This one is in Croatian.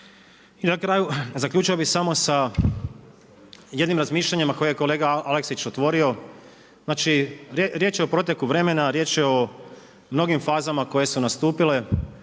I na kraju zaključio bih samo sa jednim razmišljanjem koje je kolega Aleksić otvorio. Znači, riječ je o proteku vremena, riječ je o mnogim fazama koje su nastupile,